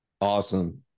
Awesome